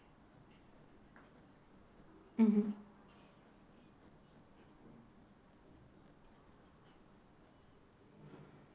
mmhmm